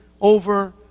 over